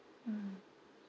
mm